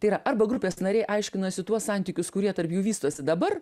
tai yra arba grupės nariai aiškinasi tuos santykius kurie tarp jų vystosi dabar